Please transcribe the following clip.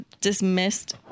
dismissed